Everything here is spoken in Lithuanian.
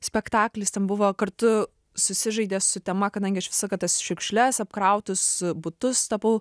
spektaklis ten buvo kartu susižaidė su tema kadangi aš visą laiką tas šiukšles apkrautus butus tapau